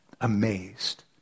amazed